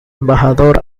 embajador